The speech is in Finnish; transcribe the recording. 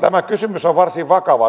tämä kysymys on varsin vakava